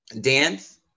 dance